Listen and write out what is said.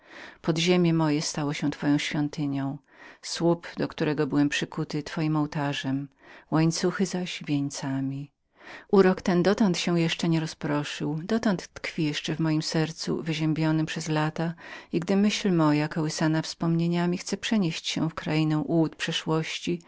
świata podziemie moje stało się twoją świątynią słup do którego byłem przykuty twoim ołtarzem łańcuchy wieńcami wieńcami urok ten dotąd się jeszcze nie rozproszył dotąd tkwi jeszcze w tem sercu wychłudzonem przez lata i gdy myśl moja kołysana wspomnieniami chce przenieść się w krainę ułudzeń przeszłości